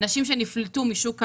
נשים שנפלטו משוק העבודה,